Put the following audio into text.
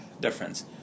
difference